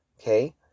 Okay